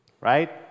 Right